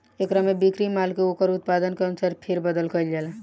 एकरा में बिक्री माल के ओकर उत्पादन के अनुसार फेर बदल कईल जाला